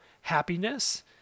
happiness